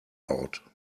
out